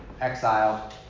exile